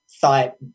thought